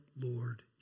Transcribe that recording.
Lord